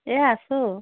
এ আছোঁ